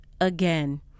again